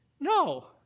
No